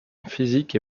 physique